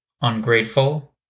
ungrateful